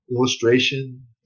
illustration